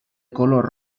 color